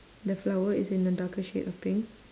the flower is in a darker shade of pink